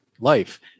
life